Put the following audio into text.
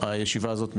הישיבה הזאת נעולה,